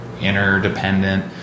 interdependent